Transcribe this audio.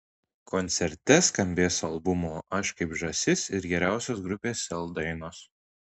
koncerte skambės albumo aš kaip žąsis ir geriausios grupės sel dainos